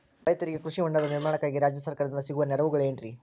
ರೈತರಿಗೆ ಕೃಷಿ ಹೊಂಡದ ನಿರ್ಮಾಣಕ್ಕಾಗಿ ರಾಜ್ಯ ಸರ್ಕಾರದಿಂದ ಸಿಗುವ ನೆರವುಗಳೇನ್ರಿ?